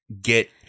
get